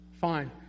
fine